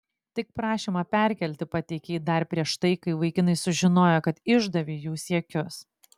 tik prašymą perkelti pateikei dar prieš tai kai vaikinai sužinojo kad išdavei jų siekius